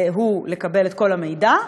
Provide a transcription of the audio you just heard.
הוא לקבל את כל המידע,